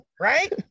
right